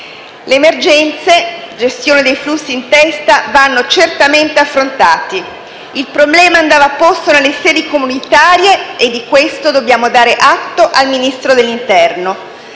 Le emergenze - gestione dei flussi in testa - vanno certamente affrontati. Il problema andava posto nelle sedi comunitarie e di questo dobbiamo dare atto al Ministro dell'interno.